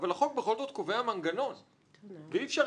אבל החוק בכל זאת קובע מנגנון ואי אפשר